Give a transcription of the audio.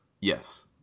Yes